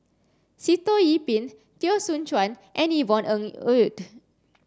Sitoh Yih Pin Teo Soon Chuan and Yvonne Ng Uhde